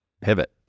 pivot